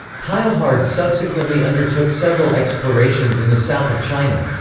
teilhard subsequently undertook several explorations in the south of china.